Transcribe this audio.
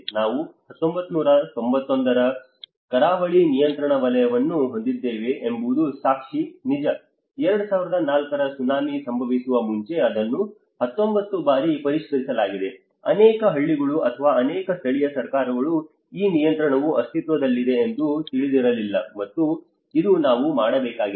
ನಾವು 1991 ರಿಂದ ಕರಾವಳಿ ನಿಯಂತ್ರಣ ವಲಯವನ್ನು ಹೊಂದಿದ್ದೇವೆ ಎಂಬುದು ಸಾಕ್ಷಿ ನಿಜ 2004 ರ ಸುನಾಮಿ ಸಂಭವಿಸುವ ಮುಂಚೆ ಅದನ್ನು 19 ಬಾರಿ ಪರಿಷ್ಕರಿಸಲಾಗಿದೆ ಅನೇಕ ಹಳ್ಳಿಗಳು ಅಥವಾ ಅನೇಕ ಸ್ಥಳೀಯ ಸರ್ಕಾರಗಳು ಈ ನಿಯಂತ್ರಣವು ಅಸ್ತಿತ್ವದಲ್ಲಿದೆ ಎಂದು ತಿಳಿದಿರಲಿಲ್ಲ ಮತ್ತು ಇದು ನಾವು ಮಾಡಬೇಕಾಗಿದೆ